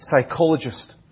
psychologist